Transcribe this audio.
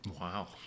Wow